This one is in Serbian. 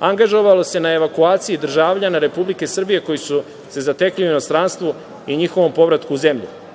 angažovalo se na evakuaciji državljana Republike Srbije koji su se zatekli u inostranstvu i njihovom povratku u zemlju.